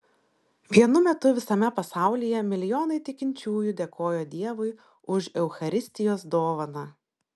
vienu metu visame pasaulyje milijonai tikinčiųjų dėkojo dievui už eucharistijos dovaną